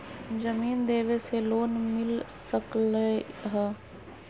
जमीन देवे से लोन मिल सकलइ ह?